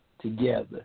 together